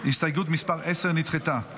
הסתייגות מס' 10 נדחתה.